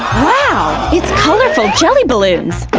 wow! it's colorful jelly balloons!